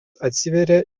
atsiveria